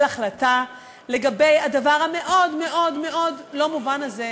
החלטה לגבי הדבר המאוד-מאוד-מאוד לא מובן הזה,